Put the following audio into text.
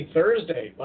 Thursday